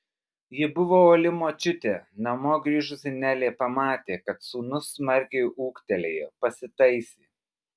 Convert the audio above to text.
ji buvo uoli močiutė namo grįžusi nelė pamatė kad sūnus smarkiai ūgtelėjo pasitaisė